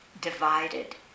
divided